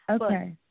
Okay